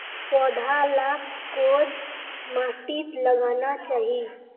पौधा लाक कोद माटित लगाना चही?